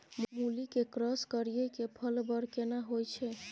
मूली के क्रॉस करिये के फल बर केना होय छै?